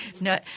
No